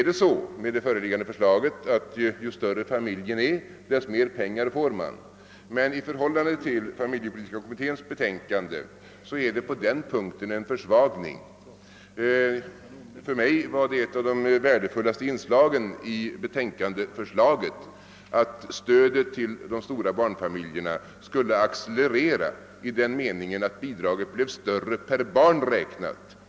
Det föreliggande förslaget innebär att ju större familjen är, desto mer pengar får den. Men i förhållande till familjepolitiska kommitténs betänkande har det blivit en försvagning på denna punkt. För mig var ett av de värdefullaste inslagen i betänkandet att stödet till de stora barnfamiljerna skulle accelerera i den meningen att bidraget skulle bli större per barn räknat.